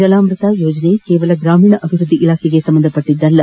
ಜಲಾಮ್ಬತ ಯೋಜನೆ ಕೇವಲ ಗ್ರಾಮೀಣಾಭಿವೃದ್ದಿ ಇಲಾಖೆಗೆ ಸಂಬಂಧಿಸಿದ್ದಲ್ಲ